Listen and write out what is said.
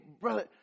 brother